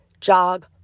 jog